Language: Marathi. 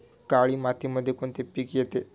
काळी मातीमध्ये कोणते पिके येते?